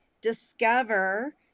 discover